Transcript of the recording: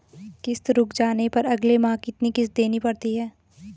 किश्त रुक जाने पर अगले माह कितनी किश्त देनी पड़ेगी?